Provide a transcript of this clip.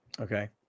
okay